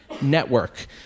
network